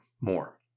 more